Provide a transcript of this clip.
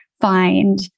find